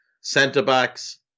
centre-backs